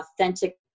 authentic